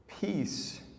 peace